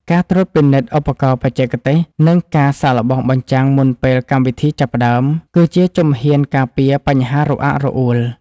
ការត្រួតពិនិត្យឧបករណ៍បច្ចេកទេស និងការសាកល្បងបញ្ចាំងមុនពេលកម្មវិធីចាប់ផ្ដើម គឺជាជំហានការពារបញ្ហារអាក់រអួល។